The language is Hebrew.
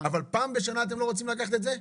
אבל פעם בשנה אתם לא רוצים לקחת את זה?